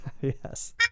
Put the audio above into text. yes